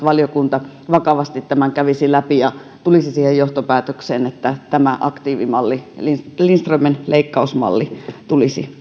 valiokunta vakavasti tämän kävisi läpi ja tulisi siihen johtopäätökseen että tämä aktiivimalli lindströmin leikkausmalli tulisi